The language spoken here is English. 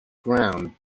ground